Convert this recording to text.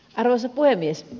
arvoisa puhemies